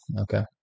Okay